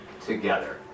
together